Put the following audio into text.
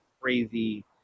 crazy